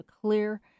clear